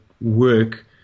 work